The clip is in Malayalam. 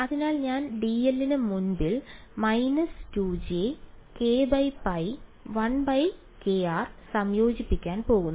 അതിനാൽ ഞാൻ dl ന് മുകളിൽ − 2jkπ 1kr സംയോജിപ്പിക്കാൻ പോകുന്നു